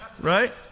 right